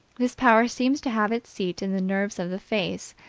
this power seems to have its seat in the nerves of the face,